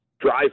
drive